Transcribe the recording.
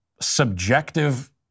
subjective